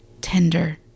tender